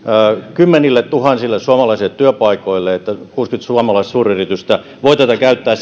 kymmenilletuhansille suomalaisille työpaikoille että kuusikymmentä suomalaista suuryritystä voivat tätä käyttää